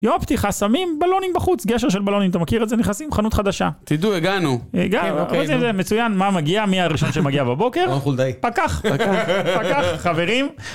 יופי, חסמים, בלונים בחוץ, גשר של בלונים, אתה מכיר את זה? נכנסים, חנות חדשה. תדעו, הגענו. הגענו, אבל זה מצוין, מה מגיע, מי הראשון שמגיע בבוקר? אנחנו די... פקח, פקח, פקח, חברים.